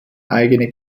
eigene